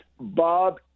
Bob